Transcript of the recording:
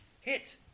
hit